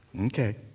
Okay